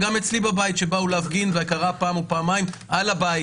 כך גם כשבאו להפגין אצלי על הבית.